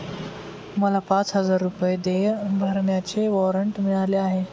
मला पाच हजार रुपये देय भरण्याचे वॉरंट मिळाले आहे